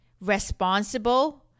responsible